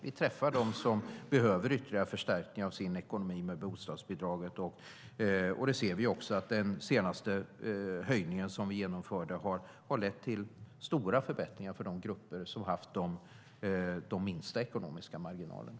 Vi träffar dem som behöver ytterligare förstärkning av sin ekonomi med bostadsbidraget, och vi ser också att den senaste höjningen som vi genomförde har lett till stora förbättringar för de grupper som har haft de minsta ekonomiska marginalerna.